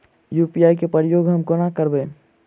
UPI केँ प्रयोग हम कोना करबे?